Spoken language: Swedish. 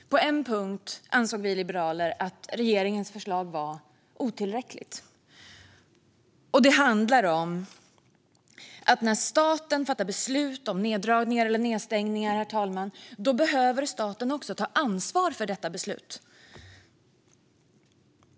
På en punkt ansåg vi liberaler att regeringens förslag var otillräckligt. Det handlar om att staten när den fattar beslut om neddragningar eller nedstängningar, herr talman, också behöver ta ansvar för detta beslut.